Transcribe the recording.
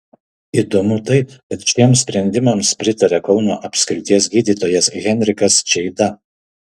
įdomu tai kad šiems sprendimams pritaria kauno apskrities gydytojas henrikas čeida